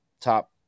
top